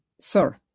sir